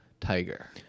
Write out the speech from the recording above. tiger